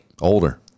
Older